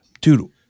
Dude